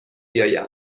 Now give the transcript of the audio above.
بیایم